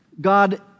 God